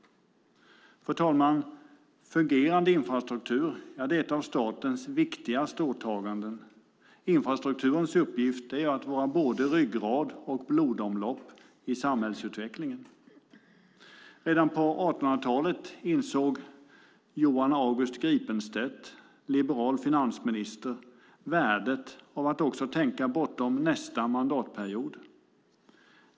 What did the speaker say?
Fru talman! Fungerande infrastruktur är ett av statens viktigaste åtaganden. Infrastrukturens uppgift är att vara både ryggrad och blodomlopp i samhällsutvecklingen. Redan på 1800-talet insåg Johan August Gripenstedt, liberal finansminister, värdet av att också tänka bortom nästa mandatperiod.